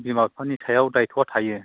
बिमा बिफानि सायाव दाइत्थ'आ थायो